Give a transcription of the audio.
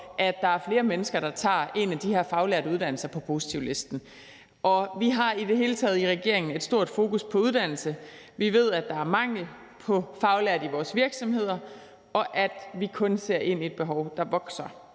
at der er flere mennesker, der tager en af de her faglærte uddannelser på positivlisten. Vi har i det hele taget i regeringen et stort fokus på uddannelse. Vi ved, at der er mangel på faglærte i vores virksomheder, og at vi kun ser ind i et behov, der vokser.